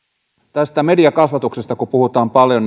tästä mediakasvatuksesta kun puhutaan paljon